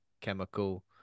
chemical